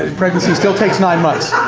ah pregnancy still takes nine months.